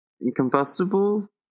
Incombustible